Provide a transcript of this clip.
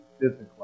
physically